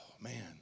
man